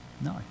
No